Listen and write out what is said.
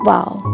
Wow